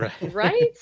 Right